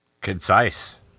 Concise